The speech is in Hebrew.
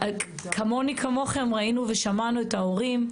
כמוני, כמוכם, ראינו ושמענו את ההורים.